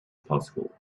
possible